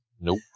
nope